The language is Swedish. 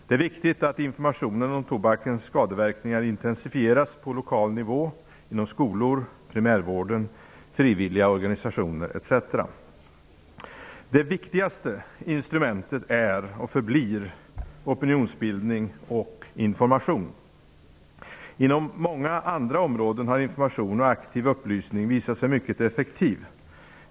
Det är viktigt att informationen om tobakens skadeverkningar intensifieras på lokal nivå, inom skolor, primärvården, frivilliga organisationer etc. Det viktigaste instrumentet är och förblir opinionsbildning och information. Inom många andra områden har information och aktiv upplysning visat sig mycket effektiv.